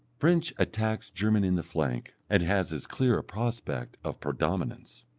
french attacks german in the flank, and has as clear a prospect of predominance.